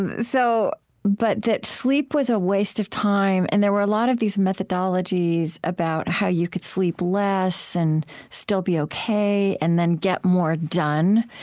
and so but that sleep was a waste of time, and there were a lot of these methodologies about how you could sleep less and still be ok and then get more done.